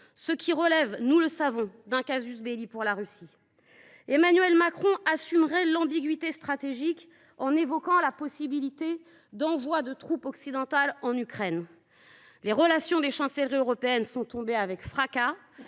ce qui relève pour la Russie, nous le savons, d’un. Emmanuel Macron assumerait l’« ambiguïté stratégique » en évoquant la possibilité de l’envoi de troupes occidentales en Ukraine. Les réactions des chancelleries européennes sont tombées avec fracas